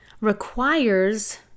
requires